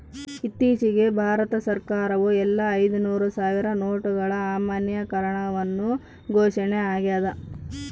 ಇತ್ತೀಚಿಗೆ ಭಾರತ ಸರ್ಕಾರವು ಎಲ್ಲಾ ಐದುನೂರು ಸಾವಿರ ನೋಟುಗಳ ಅಮಾನ್ಯೀಕರಣವನ್ನು ಘೋಷಣೆ ಆಗ್ಯಾದ